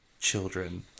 Children